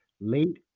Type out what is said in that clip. late